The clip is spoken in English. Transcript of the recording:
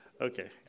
Okay